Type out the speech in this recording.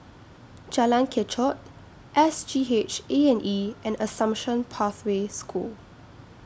Jalan Kechot S G H A and E and Assumption Pathway School